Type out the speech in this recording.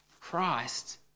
Christ